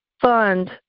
fund